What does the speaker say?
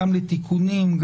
גם לתיקונים,